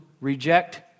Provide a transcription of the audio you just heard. reject